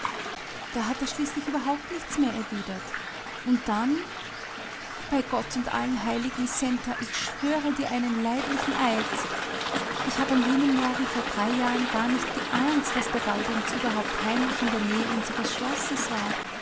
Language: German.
da hat er schließlich überhaupt nichts mehr erwidert und dann bei gott und allen heiligen centa ich schwöre dir einen leiblichen eid ich hab an jenem morgen vor drei jahren gar nicht geahnt daß der gaudenz überhaupt heimlich in der nähe unseres schlosses war